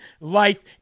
life